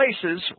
places